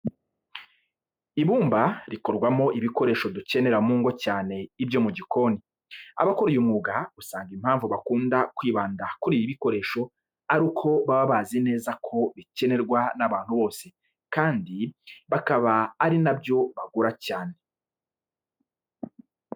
Ibumba rikorwamo ibikoresho dukenera mu ngo cyane ibyo mu gikoni. Abakora uyu mwuga usanga impamvu bakunda kwibanda kuri ibi bikoresho ari uko baba bazi neza ko bikenerwa n'abantu bose kandi bakaba ari na byo bagura cyane.